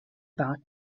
about